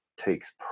takes